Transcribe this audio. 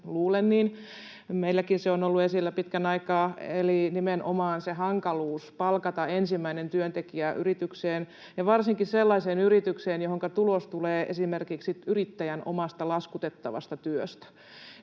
luulen niin. Meilläkin se on ollut esillä pitkän aikaa, eli nimenomaan se hankaluus palkata ensimmäinen työntekijä yritykseen ja varsinkin sellaiseen yritykseen, jonka tulos tulee esimerkiksi yrittäjän omasta laskutettavasta työstä.